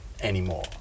anymore